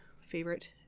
favorite